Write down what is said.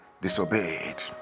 disobeyed